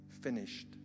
finished